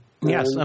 yes